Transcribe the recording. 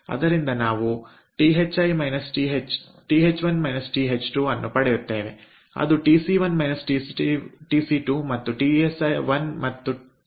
ಅದರಿಂದ ನಾವು THI TH2 ಅನ್ನು ಪಡೆಯುತ್ತೇವೆ ಅದು Tc1 TC2 ಮತ್ತು TsI Ts2 ಗೆ ಸಮಾನವಾಗಿರುತ್ತದೆ